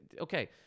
Okay